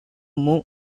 move